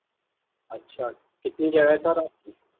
اچھا کتنی جگہ ہے سر آپ کی